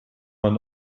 man